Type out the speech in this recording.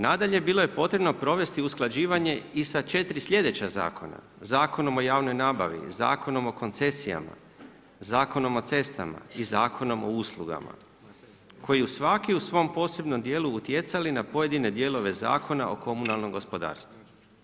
Nadalje, bilo je potrebno provesti usklađivanje i sa četiri sljedeća zakona Zakonom o javnoj nabavi, Zakonom o koncesijama, Zakonom o cestama i Zakonom o uslugama koji u svaki u svom posebnom dijelu utjecali na pojedine dijelove Zakona o komunalnom gospodarstvu.